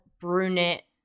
brunette